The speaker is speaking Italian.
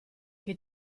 che